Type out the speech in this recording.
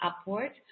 upwards